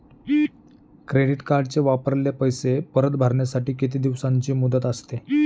Credit कार्डचे वापरलेले पैसे परत भरण्यासाठी किती दिवसांची मुदत असते?